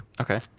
Okay